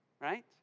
right